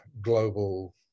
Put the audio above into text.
global